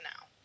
now